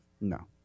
No